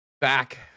back